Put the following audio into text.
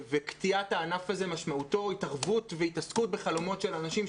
קטיעת הענף הזה משמעותה התערבות והתעסקות בחלומות של אנשים,